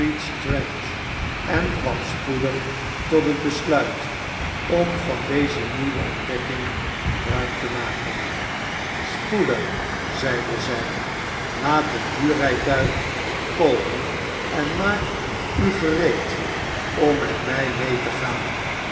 en kwam spoedig tot het besluit om van deze nieuwe ontdekking gebruik te maken spoedig zeide zij laat een huurrijtuig komen en maak u gereed om met mij mee te gaan